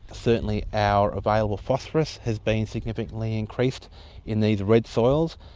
ah certainly our available phosphorus has been significantly increased in these red soils,